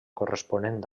corresponent